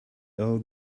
old